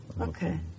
Okay